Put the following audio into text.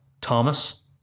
Thomas